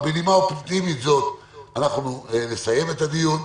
בנימה אופטימית זאת אנחנו נסיים את הדיון,